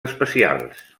especials